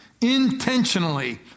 intentionally